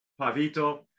Pavito